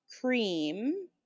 cream